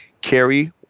Carrie